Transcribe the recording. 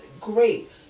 great